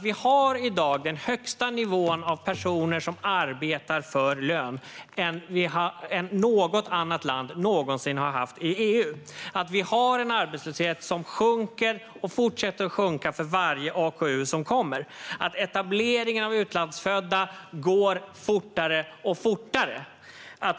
Vi har i dag en högre nivå av personer som arbetar för lön än vad något annat land i EU någonsin har haft. Vi har en arbetslöshet som sjunker och som fortsätter att sjunka för varje AKU som kommer. Etableringen av utlandsfödda går fortare och fortare.